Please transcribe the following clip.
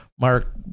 Mark